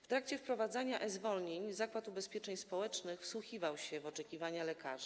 W trakcie wprowadzania e-zwolnień Zakład Ubezpieczeń Społecznych wsłuchiwał się w oczekiwania lekarzy.